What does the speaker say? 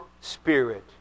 spirit